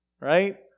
right